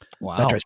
Wow